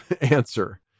answer